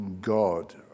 God